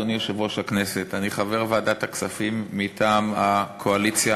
אדוני יושב-ראש הכנסת: אני חבר ועדת הכספים מטעם הקואליציה.